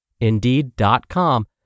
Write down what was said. Indeed.com